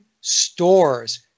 stores